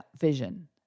vision